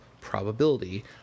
probability